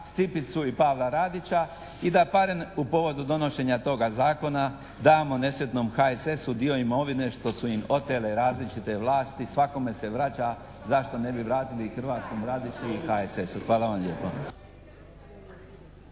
Stipicu i Pavla Radića i da barem u povodu donošenja toga zakona damo nesretnom HSS-u dio imovine što su im otele različite vlasti, svakome se vraća zašto ne bi vratili … /Govornik se ne razumije./ … i HSS-u. Hvala vam lijepo.